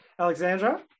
Alexandra